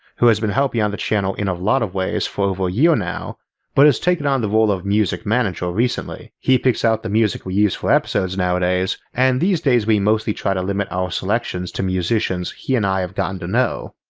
who has been helping on the channel in a lot of ways for over a year now but has taken on the role of music manager recently. he picks out the music we use for episodes nowadays and these days we mostly try to limit our selections to musicians he and i have gotten to know.